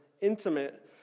intimate